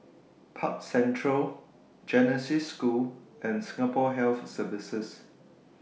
Park Central Genesis School and Singapore Health Services